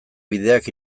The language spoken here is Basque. bideak